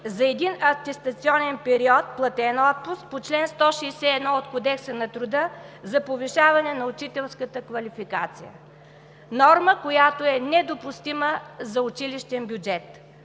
за един атестационен период платен отпуск по чл. 161 от Кодекса на труда за повишаване на учителската квалификация“ – норма, която е недопустима за училищен бюджет.